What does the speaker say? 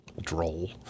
Droll